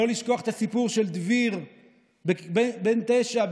לא לשכוח את הסיפור של דביר בן התשע,